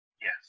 Yes